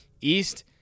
East